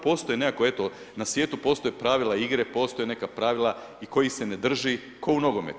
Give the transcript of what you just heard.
Postoji nekako eto, na svijetu postoje pravila igre, postoje neka pravila, kojih se ne drži, ko u nogometu.